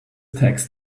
text